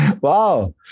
Wow